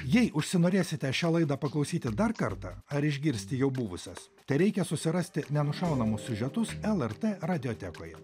jei užsinorėsite šią laidą paklausyti ir dar kartą ar išgirsti jau buvusias tereikia susirasti nenušaunamus siužetus lrt radiotekoje